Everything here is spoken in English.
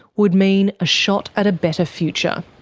would mean a shot at a better future.